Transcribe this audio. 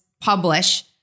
publish